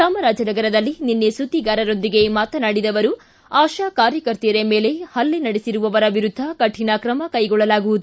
ಚಾಮರಾಜನಗರದಲ್ಲಿ ನಿನ್ನೆ ಸುದ್ದಿಗಾರರೊಂದಿಗೆ ಮಾತನಾಡಿದ ಅವರು ಆಶಾ ಕಾರ್ಯಕರ್ತೆಯರ ಮೇಲೆ ಪಲ್ಲೆ ನಡೆಸಿರುವವರ ವಿರುದ್ದ ಕಠಿಣ ಕ್ರಮ ಕೈಗೊಳ್ಳಲಾಗುವುದು